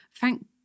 Thank